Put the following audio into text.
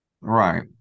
Right